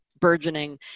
burgeoning